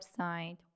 website